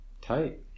tight